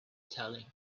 telling